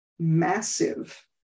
massive